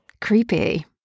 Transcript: creepy